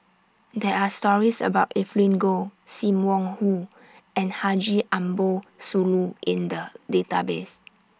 There Are stories about Evelyn Goh SIM Wong Hoo and Haji Ambo Sooloh in The Database